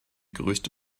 größte